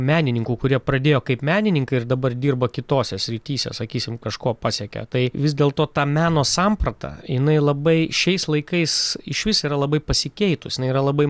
menininkų kurie pradėjo kaip menininkai ir dabar dirba kitose srityse sakysim kažko pasiekia tai vis dėlto ta meno samprata jinai labai šiais laikais išvis yra labai pasikeitus jinai yra labai